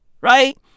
Right